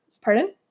Pardon